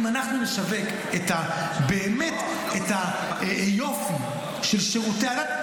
אם אנחנו נשווק באמת את היופי של שירותי הדת,